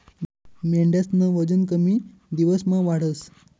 मेंढ्यास्नं वजन कमी दिवसमा वाढस